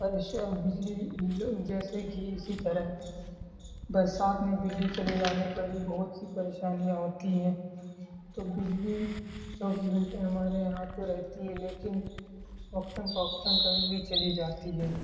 اور بجلی جیسے کہ اسی طرح برسات میں بجلی چلی جانے پر بھی بہت سی پریشانیاں ہوتی ہیں تو بجلی چوبیس گھنٹے ہمارے یہاں پہ رہتی ہے لیکن وقتاََ فوقتاََ کبھی بھی چلی جاتی ہے